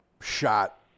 shot